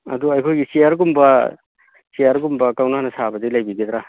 ꯑꯗꯨ ꯑꯩꯈꯣꯏꯒꯤ ꯆꯤꯌꯥꯔꯒꯨꯝꯕ ꯆꯤꯌꯥꯔꯒꯨꯝꯕ ꯀꯧꯅꯥꯅ ꯁꯥꯕꯗꯤ ꯂꯩꯕꯤꯒꯗ꯭ꯔꯥ